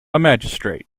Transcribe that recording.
magistrate